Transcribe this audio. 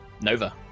nova